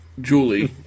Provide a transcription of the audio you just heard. Julie